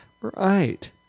Right